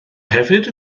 hefyd